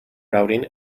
routing